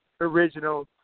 original